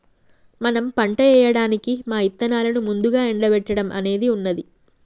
మనం పంట ఏయడానికి మా ఇత్తనాలను ముందుగా ఎండబెట్టడం అనేది ఉన్నది